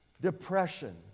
depression